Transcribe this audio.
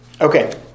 Okay